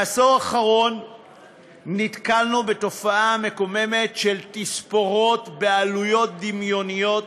בעשור האחרון נתקלנו בתופעה המקוממת של תספורות בעלויות דמיוניות